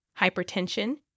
hypertension